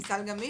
"סל גמיש",